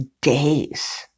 days